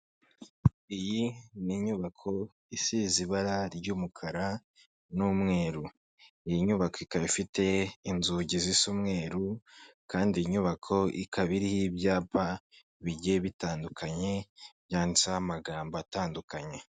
Aha haramamazwa imodoka iri mu bwoko bwa yundayi, kandi iyi modoka ikaba ifite ibara rya giri, aha hari uturango tw'urukiramende twanditsemo amagambo yo mu cyongereza ako hejuru karimo amagambo ari m'ibara ry'umukara usigirije, akandi karimo amagambo ari mu ibara ry'umweru ariko ari mu gakiramende k'ubururu, biragaragara ko iyi modoka iri kwamamazwa iri k'isoko.